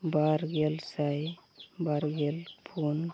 ᱵᱟᱨ ᱜᱮᱞ ᱥᱟᱭ ᱵᱟᱨ ᱜᱮᱞ ᱯᱩᱱ